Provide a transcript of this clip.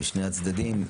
משני הצדדים.